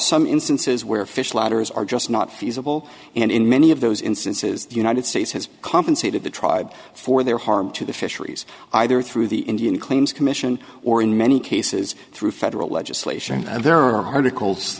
some instances where fish ladders are just not feasible and in many of those instances the united states has compensated the tribe for their harm to the fisheries either through the indian claims commission or in many cases through federal legislation and there are articles